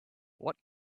what